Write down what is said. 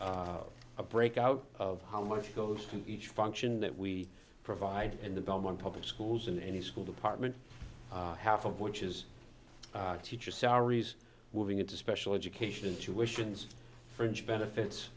is a breakout of how much goes to each function that we provide and the belmont public schools in any school department half of which is teacher salaries moving into special education intuitions fringe benefits